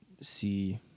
see